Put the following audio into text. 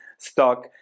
stock